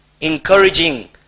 encouraging